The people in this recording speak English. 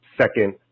second